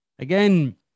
Again